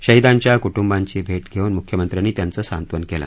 शहिदांच्या कुटुंबाची भेट घेऊन मुख्यमंत्र्यांनी त्यांचं सांत्वन केलं